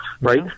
right